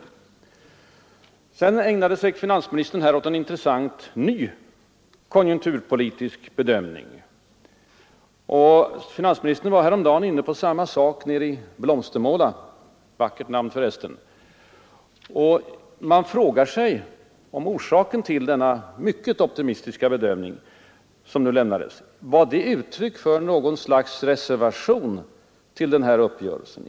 Finansministern ägnade sig sedan åt en intressant, ny konjunkturpolitisk bedömning. Finansministern var inne på samma sak häromdagen i Blomstermåla — vackert namn för resten. Man frågar sig om den mycket optimistiska bedömning som nu lämnades var uttryck för något slags reservation till uppgörelsen.